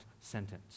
sentence